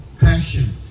passion